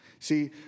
See